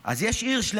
אז יש עיר שלמה